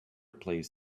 plays